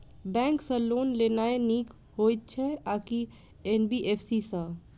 Bank सँ loan लेनाय नीक होइ छै आ की एन.बी.एफ.सी सँ?